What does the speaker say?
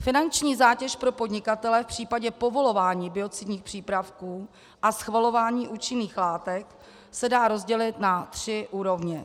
Finanční zátěž pro podnikatele v případě povolování biocidních přípravků a schvalování účinných látek se dá rozdělit na tři úrovně.